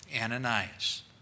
Ananias